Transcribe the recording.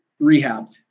rehabbed